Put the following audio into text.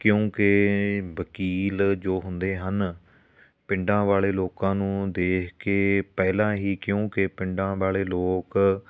ਕਿਉਂਕਿ ਵਕੀਲ ਜੋ ਹੁੰਦੇ ਹਨ ਪਿੰਡਾਂ ਵਾਲੇ ਲੋਕਾਂ ਨੂੰ ਦੇਖ ਕੇ ਪਹਿਲਾਂ ਹੀ ਕਿਉਂਕਿ ਪਿੰਡਾਂ ਵਾਲੇ ਲੋਕ